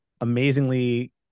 amazingly